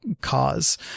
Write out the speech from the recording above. cause